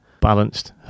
balanced